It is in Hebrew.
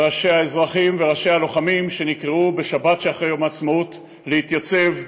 ראשי האזרחים וראשי הלוחמים שנקראו בשבת שאחרי יום העצמאות להתייצב.